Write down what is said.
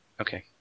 okay